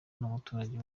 n’umuturage